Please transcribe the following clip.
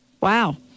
Wow